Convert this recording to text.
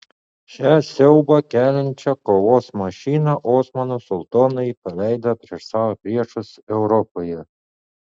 šią siaubą keliančią kovos mašiną osmanų sultonai paleido prieš savo priešus europoje